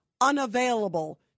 unavailable